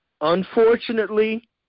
unfortunately